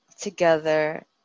together